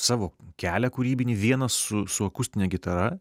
savo kelią kūrybinį vienas su su akustine gitara